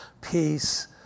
peace